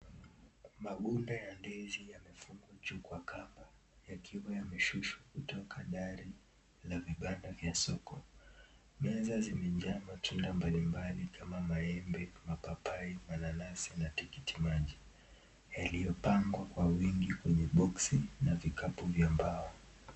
Magunda ya ndizi yamefungwa juu kwa kamba yakiwa yameshushwa kutoka dari la vibanda vya soko. Meza zimejaa matunda mbalimbali kama maembe, mapapai, mananasi na tikiti maji yaliyopangwa kwa wingi kwenye boksi na vikapu vya mbao.